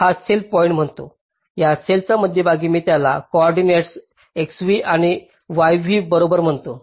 हा cell point म्हणतो या सेलचा मध्यभागी मी त्याला कोऑर्डिनेट xv आणि yv बरोबर म्हणतो